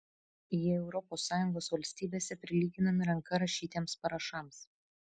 jie europos sąjungos valstybėse prilyginami ranka rašytiems parašams